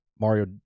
Mario